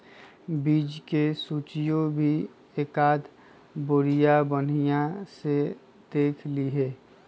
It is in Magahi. बीज के सूचियो भी एकाद बेरिया बनिहा से देख लीहे